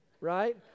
right